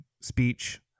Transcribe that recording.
speech